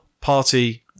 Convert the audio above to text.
Party